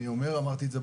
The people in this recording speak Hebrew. אני אומר שוב,